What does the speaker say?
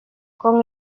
con